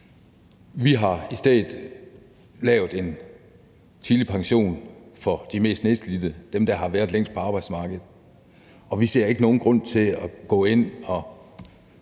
vi har i stedet lavet en tidlig pension for de mest nedslidte – dem, der har været længst tid på arbejdsmarkedet. Og vi ser ikke nogen grund til at gå ind og